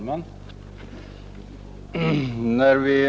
Herr talman!